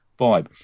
vibe